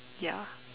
ya